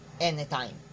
anytime